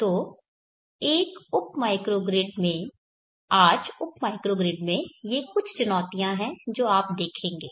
तो एक उप माइक्रोग्रिड में आज उप माइक्रोग्रिड में ये कुछ चुनौतियां हैं जो आप देखेंगे